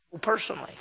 personally